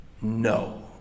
No